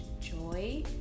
joy